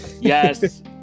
yes